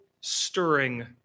stirring